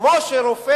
שכמו שיש